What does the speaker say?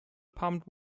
pumped